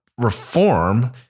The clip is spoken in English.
Reform